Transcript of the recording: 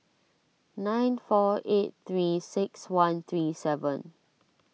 nine four eight three six one three seven